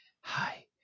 Hi